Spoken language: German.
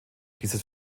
dieses